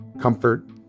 comfort